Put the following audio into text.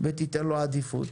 ותיתן לו עדיפות.